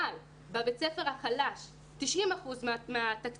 אבל בבית הספר החלש 90 אחוזים מהתקציב